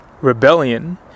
rebellion